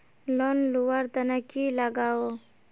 Loan लुवा र तने की लगाव?